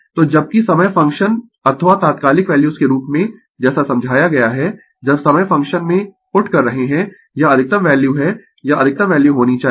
तो जबकि समय फंक्शन अथवा तात्कालिक वैल्यूज के रूप में जैसा समझाया गया है जब समय फंक्शन में पुट कर रहे है यह अधिकतम वैल्यू है यह अधिकतम वैल्यू होनी चाहिए